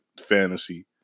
fantasy